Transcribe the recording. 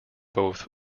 both